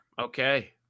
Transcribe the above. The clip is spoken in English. Okay